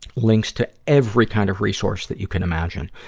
links to every kind of resource that you can imagine.